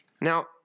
Now